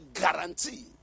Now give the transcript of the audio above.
guarantee